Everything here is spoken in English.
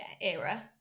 era